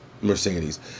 Mercedes